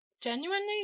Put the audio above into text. Genuinely